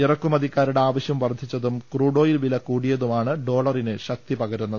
ഇറക്കുമതിക്കാരുടെ ആവശ്യം വർദ്ധിച്ചതും ക്രൂഡോയിൽ വില കൂടിയതുമാണ് ഡോളറിന് ശക്തി പകരുന്നത്